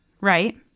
right